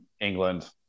england